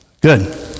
Good